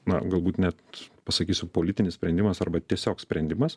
na galbūt net pasakysiu politinis sprendimas arba tiesiog sprendimas